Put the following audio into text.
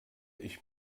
ich